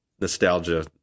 nostalgia